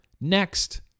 next